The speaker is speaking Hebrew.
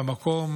במקום